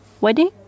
wedding